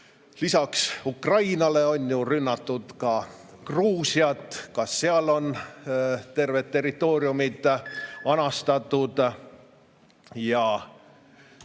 Lisaks Ukrainale on ju rünnatud Gruusiat, ka seal on terved territooriumid anastatud.